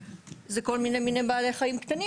שזה כל מיני מינים של בעלי חיים קטנים